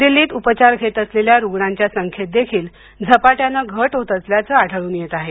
दिल्लीत उपचार घेत असलेल्या रुग्णांच्या संख्येत देखील झपाट्याने घट होत असल्याचं आढळून येत आहे